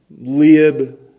lib